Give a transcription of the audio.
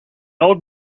old